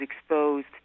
exposed